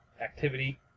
activity